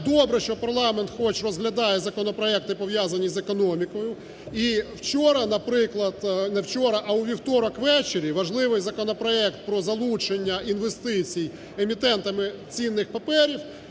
добре, що парламент хоч розглядає законопроекти, пов'язані з економікою. І вчора, наприклад… не вчора, а у вівторок ввечері важливий законопроект про залучення інвестицій емітентами цінних паперів